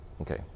Okay